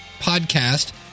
podcast